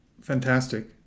Fantastic